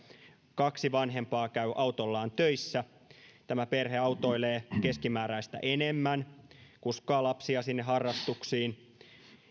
kaksi vanhempaa käy autollaan töissä tämä perhe autoilee keskimääräistä enemmän kuskaa lapsia sinne harrastuksiin